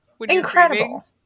Incredible